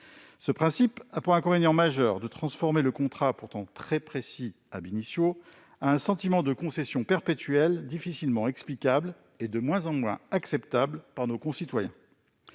Ce principe a pour inconvénient majeur de transformer le contrat, pourtant très précis, en un sentiment de concession perpétuelle, difficilement explicable à nos concitoyens et de moins en moins acceptable par eux. Si les